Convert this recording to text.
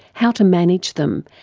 how to manage them,